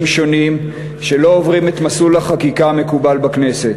שונים שלא עוברים את מסלול החקיקה המקובל בכנסת.